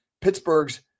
Pittsburgh's